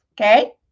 okay